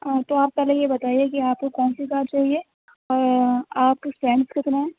ہاں تو آپ پہلے یہ بتائیے کہ آپ کو کونسی کار چاہیے اور آپ کے فرینڈس کتنے ہیں